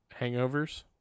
hangovers